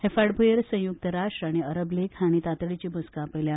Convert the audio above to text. ह्या फाटभुयेर संयुक्त राष्ट्र आनी अरब लीग हाणी तातडीची बसका आपयल्या